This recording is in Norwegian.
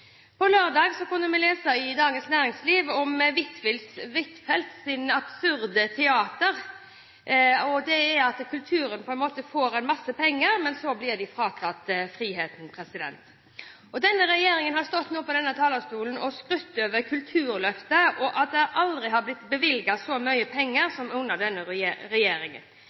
På lørdag kunne vi lese i Dagens Næringsliv om «Huitfeldts absurde teater». Det er at kulturen får en masse penger, men så blir de fratatt friheten. Representanter for denne regjeringen har stått på denne talerstolen og skrytt av Kulturløftet, og av at det aldri har blitt bevilget så mye penger som under denne regjeringen.